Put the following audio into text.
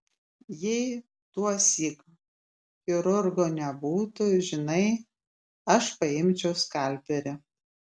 jei tuosyk chirurgo nebūtų žinai aš paimčiau skalpelį